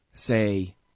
say